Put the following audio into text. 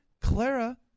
Clara